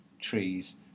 trees